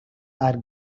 our